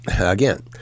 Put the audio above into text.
again